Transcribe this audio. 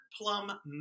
Plum